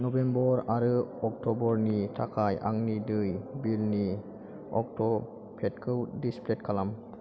November आरो अक्ट'बरनि थाखाय आंनि दै बिलनि अट'पेखौ डिसेबोल खालाम